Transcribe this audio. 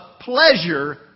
pleasure